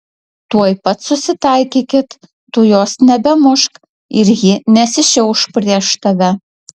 tuoj pat susitaikykit tu jos nebemušk ir ji nesišiauš prieš tave